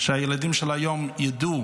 שהילדים של היום יידעו